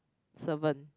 servant